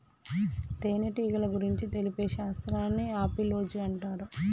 తేనెటీగల గురించి తెలిపే శాస్త్రాన్ని ఆపిలోజి అంటారు